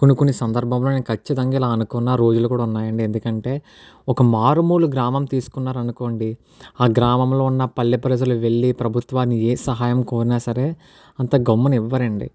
కొన్ని కొన్ని సందర్భంలో నేను ఖచ్చితంగా ఇలా అనుకున్న రోజులు కూడా ఉన్నాయి అండి ఎందుకంటే ఒక మారుమూల గ్రామం తీసుకున్నరు అనుకోండి ఆ గ్రామంలో ఉన్న పల్లె ప్రజలు వెళ్ళి ప్రభుత్వాన్ని ఏ సహాయం కోరిన సరే అంత గమ్మున ఇవ్వరు అండి